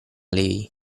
lei